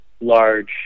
large